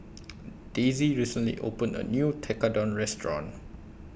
Daisy recently opened A New Tekkadon Restaurant